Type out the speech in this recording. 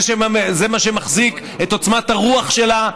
זה מה שמחזיק את עוצמת הרוח שלה,